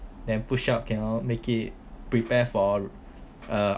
then push up cannot make it prepare for uh